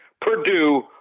Purdue